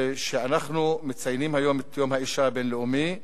שאנחנו מציינים היום את יום האשה הבין-לאומי,